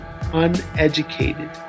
uneducated